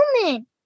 human